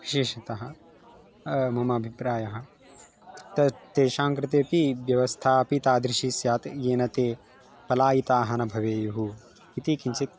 विशेषतः मम अभिप्रायः त तेषां कृतेपि व्यवस्था अपि तादृशी स्यात् येन ते पलायिताः न भवेयुः इति किञ्चित्